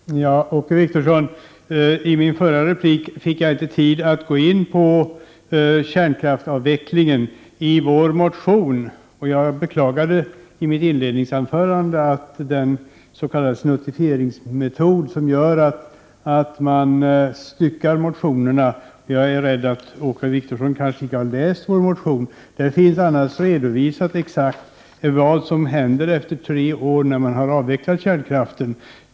Herr talman! Åke Wictorsson, i min förra replik hade jag inte tid att gå in på kärnkraftsavvecklingen. Jag beklagade i mitt inledningsanförande den s.k. snuttifieringsmetod som innebär att motionerna styckas, och jag är rädd att Åke Wictorsson inte har läst vår motion. Där har vi annars redovisat exakt vad som händer efter tre år när man har avvecklat kärnkraften.